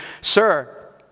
Sir